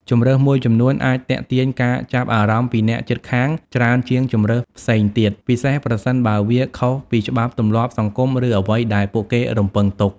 ជម្រើសមួយចំនួនអាចទាក់ទាញការចាប់អារម្មណ៍ពីអ្នកជិតខាងច្រើនជាងជម្រើសផ្សេងទៀត ពិសេសប្រសិនបើវាខុសពីច្បាប់ទម្លាប់សង្គម ឬអ្វីដែលពួកគេរំពឹងទុក។